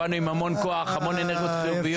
באנו עם המון כוח, המון אנרגיות חיוביות.